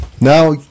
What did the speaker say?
now